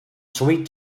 sweet